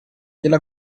gliela